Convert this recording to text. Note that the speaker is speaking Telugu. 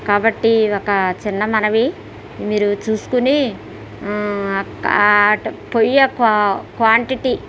కాబట్టి ఒక చిన్న మనవి మీరు చూసుకుని ఆట్ పొయ్యి క్వాంటిటీ